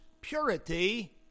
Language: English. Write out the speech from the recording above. purity